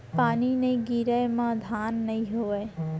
पानी नइ गिरय म धान नइ होवय